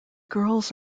girls